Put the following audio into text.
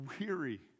weary